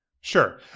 Sure